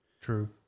True